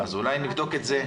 נבדוק את זה.